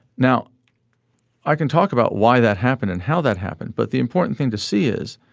now i can talk about why that happened and how that happened. but the important thing to see is